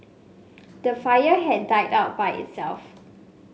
the fire had died out by itself